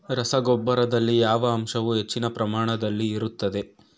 ರಸಗೊಬ್ಬರದಲ್ಲಿ ಯಾವ ಅಂಶವು ಹೆಚ್ಚಿನ ಪ್ರಮಾಣದಲ್ಲಿ ಇರುತ್ತದೆ?